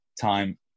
time